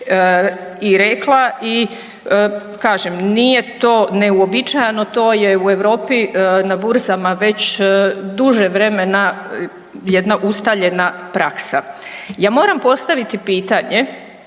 i rekla i kažem nije to neuobičajeno, to je u Europi na burzama već duže vremena jedna ustaljena praksa. Ja moram postaviti pitanje,